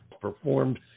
performed